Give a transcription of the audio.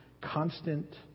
constant